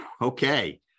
Okay